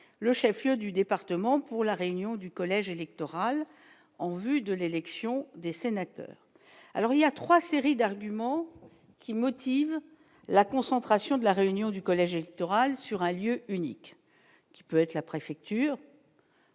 le chef-lieu du département pour la réunion du collège électoral, en vue de l'élection des sénateurs, alors il y a 3 séries d'arguments qui motive la concentration de la réunion du collège électoral sur un lieu unique, qui peut être la préfecture.